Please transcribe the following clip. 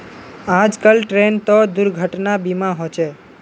आजकल ट्रेनतो दुर्घटना बीमा होचे